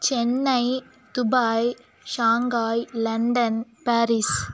Chennai Dubai Shanghai London Paris